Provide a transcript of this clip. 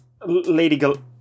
-Lady